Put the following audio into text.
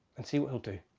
and see what he'll do.